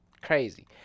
crazy